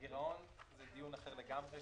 הגירעון זה דיון אחר לגמרי.